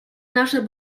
nasze